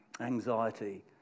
Anxiety